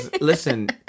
listen